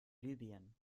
libyen